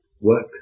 work